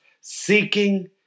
seeking